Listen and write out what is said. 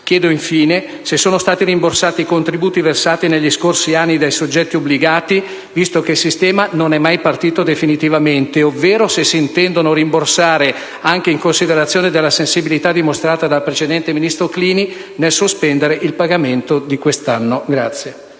Chiedo infine se sono stati rimborsati i contributi versati negli scorsi anni dai soggetti obbligati, visto che il sistema non è mai partito definitivamente, ovvero se si intendono rimborsare, anche in considerazione della sensibilità dimostrata dal precedente ministro Clini nel sospendere il pagamento di quest'anno. [DE